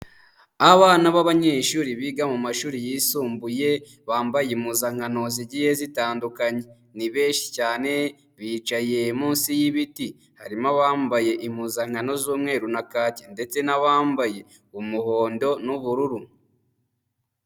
Abana b'abanyeshuri biga mu mashuri yisumbuye bambaye impuzankano zigiye zitandukanye, ni benshi cyane bicaye munsi y'ibiti harimo abambaye impuzankano z'umweru na kake ndetse n'abambaye umuhondo n'ubururu.